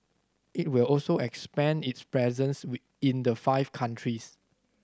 it will also expand its presence in the five countries